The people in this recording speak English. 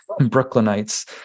brooklynites